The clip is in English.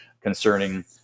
concerning